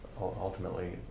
ultimately